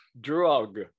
drug